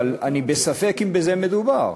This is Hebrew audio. אבל אני בספק אם בזה מדובר.